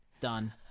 done